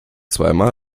zweimal